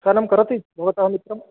सयनं करोति भवतः मित्रम्